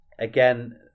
again